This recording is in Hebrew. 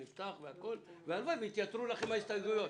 ונפתח, והלוואי שיתייתרו לכם ההסתייגויות.